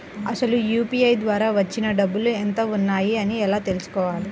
అసలు యూ.పీ.ఐ ద్వార వచ్చిన డబ్బులు ఎంత వున్నాయి అని ఎలా తెలుసుకోవాలి?